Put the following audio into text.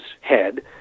head